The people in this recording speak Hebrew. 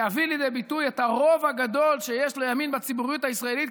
להביא לידי ביטוי את הרוב הגדול שיש לימין בציבוריות הישראלית,